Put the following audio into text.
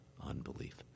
unbelief